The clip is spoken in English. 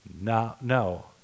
No